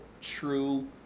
true